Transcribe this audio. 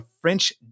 French